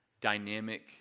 dynamic